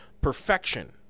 perfection